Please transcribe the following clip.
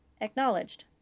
Acknowledged